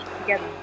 together